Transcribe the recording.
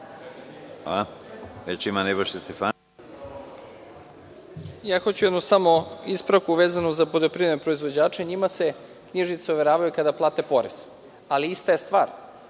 samo jednu ispravku vezanu za poljoprivredne proizvođače. Njima se knjižice overavaju kada plate porez, ali ista je stvar.